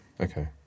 Okay